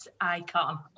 icon